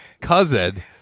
cousin